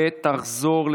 התשפ"ב 2022,